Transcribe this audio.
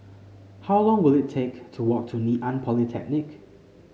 how long will it take to walk to Ngee Ann Polytechnic